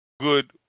good